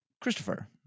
Christopher